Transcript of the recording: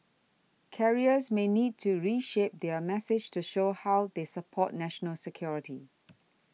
carriers may need to reshape their message to show how they support national security